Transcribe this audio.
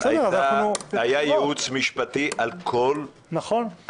אבל היה ייעוץ משפטי על כל --- נכון,